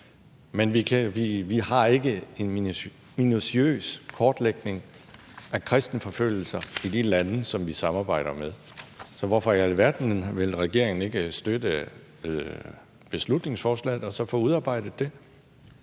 Men vi har ikke en minutiøs kortlægning af kristenforfølgelser i de lande, som vi samarbejder med. Så hvorfor i alverden vil regeringen ikke støtte beslutningsforslaget og så få udarbejdet det?